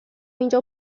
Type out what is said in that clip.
اینجا